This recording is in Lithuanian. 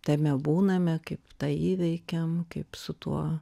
tame būname kaip tą įveikiam kaip su tuo